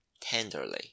tenderly